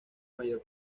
mayor